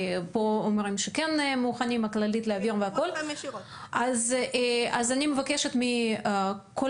ופה אומרים שבכללית כן מוכנים להעביר והכל אני מבקשת מכל